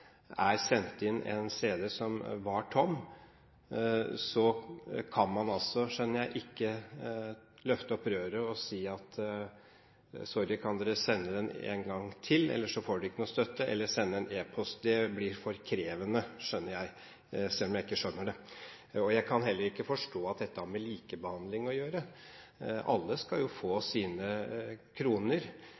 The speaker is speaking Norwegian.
sendt inn en CD som er tom, kan man ikke, skjønner jeg, sende en e-post eller løfte opp røret og si at sorry, kan dere sende den en gang til, ellers får dere ikke noe støtte. Det blir for krevende, skjønner jeg, selv om jeg ikke skjønner det. Jeg kan heller ikke forstå at dette har med likebehandling å gjøre. Alle skal jo få sine kroner,